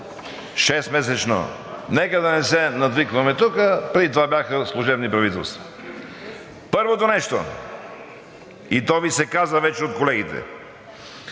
и реплики.) Нека да не се надвикваме тук. Преди това бяха служебни правителства. Първото нещо, и то Ви се каза вече от колегите